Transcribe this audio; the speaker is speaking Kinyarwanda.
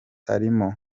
harimo